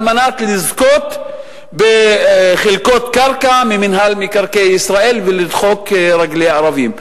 על מנת לזכות בחלקות קרקע ממינהל מקרקעי ישראל ולדחוק רגלי ערבים.